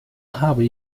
habe